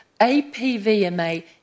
APVMA